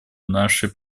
нашей